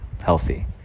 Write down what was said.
healthy